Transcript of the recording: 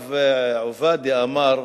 הרב עובדיה אמר: